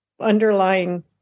underlying